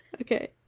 Okay